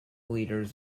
leaders